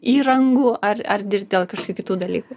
įrangų ar ar ir dėl kažkokių kitų dalykų